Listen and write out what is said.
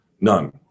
None